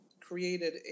created